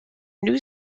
new